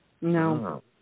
No